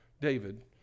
David